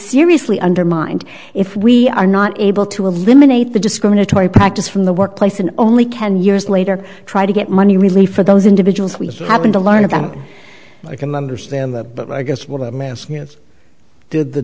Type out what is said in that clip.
seriously undermined if we are not able to eliminate the discriminatory practice from the workplace and only can years later try to get money really for those individuals we haven't to learn about i can understand that but i guess what i'm asking is did the